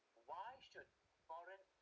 why should foreign